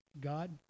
God